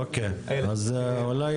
אוקיי, אז אולי